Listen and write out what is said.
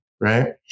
Right